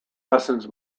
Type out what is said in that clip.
lessons